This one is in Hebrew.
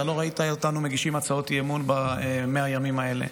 אתה לא ראית אותנו מגישים הצעות אי-אמון ב-100 הימים האלה.